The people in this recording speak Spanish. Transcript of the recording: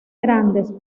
grandes